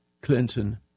Clinton